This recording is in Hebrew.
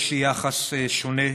יש לי יחס שונה,